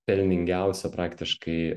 pelningiausia praktiškai